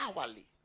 hourly